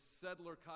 settler